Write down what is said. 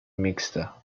mixta